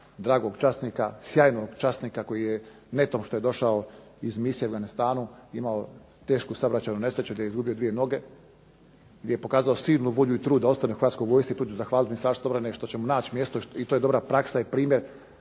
dragog časnika, sjajnog časnika koji je netom koji je došao iz misije u Afganistanu imao tešku saobraćajnu nesreću kada je izgubio dvije noge, je pokazao silnu volju i trud da ostane u Hrvatskoj vojsci, tu ću zahvaliti Ministarstvu obrane što će mu naći mjesto, i to je dobra praksa i primjer